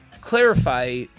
clarify